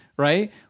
Right